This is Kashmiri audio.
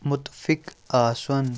مُتفِق آسُن